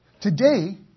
Today